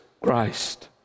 Christ